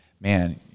man